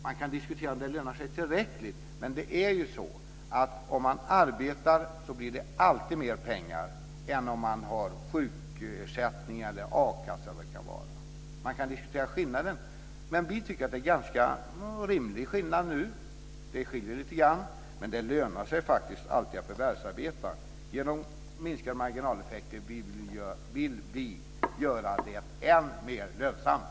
Man kan diskutera om det lönar sig tillräckligt, men det är ju så att det alltid blir mer pengar om man arbetar än om man har sjukersättning eller a-kassa. Man kan diskutera skillnaden, men vi tycker att det är en ganska rimlig skillnad nu. Det skiljer lite grann, men det lönar sig faktiskt alltid att förvärvsarbeta. Genom minskade marginaleffekter vill vi göra det än mer lönsamt.